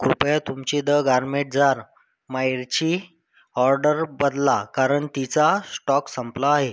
कृपया तुमची the gourmet jar मोहरीची ऑर्डर बदला कारण तिचा श्टॉक संपला आहे